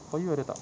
for you ada tak